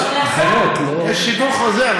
יש שידור חוזר,